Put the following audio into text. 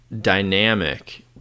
dynamic